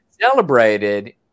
celebrated